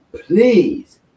please